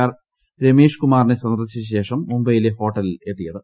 R Ramesh കുമാറിനെ സന്ദർശിച്ചശേഷം മുംബൈയിലെ ഹോട്ടലിൽ എത്തിയത്